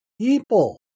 people